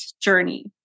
journey